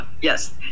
Yes